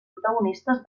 protagonistes